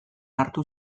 hartu